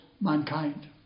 mankind